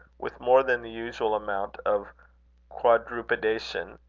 with more than the usual amount of quadrupedation,